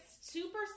super